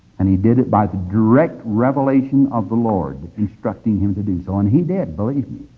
and he did it by the direct revelation of the lord instructing him to do so, and he did, believe me,